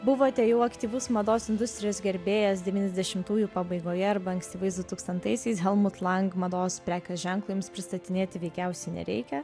buvote jau aktyvus mados industrijos gerbėjas devyniasdešimtųjų pabaigoje arba ankstyvais du tūkstantaisiaisiais helmut lang mados prekių ženklą jums pristatinėti veikiausiai nereikia